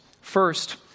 First